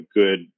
good